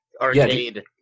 arcade